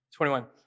21